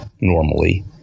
normally